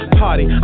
party